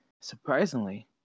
surprisingly